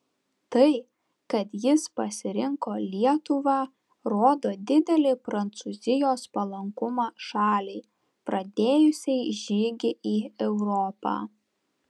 tai kad jis pasirinko lietuvą rodo didelį prancūzijos palankumą šaliai pradėjusiai žygį į europą